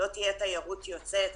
לא תהיה תיירות יוצאת.